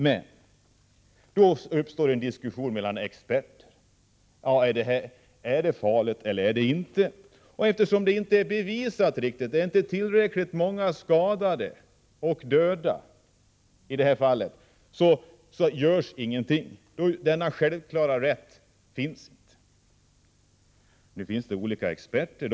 Men i stället har det uppstått en diskussion mellan experter huruvida sådant här arbete är farligt eller inte. Eftersom farligheten inte är riktigt bevisad, eftersom det inte finns tillräckligt många skadade och döda att hänvisa till, görs ingenting. Någon självklar rätt till omplacering finns inte. Nu finns det olika experter.